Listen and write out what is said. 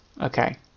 okay